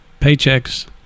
paychecks